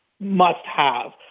must-have